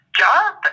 job